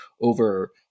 over